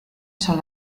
son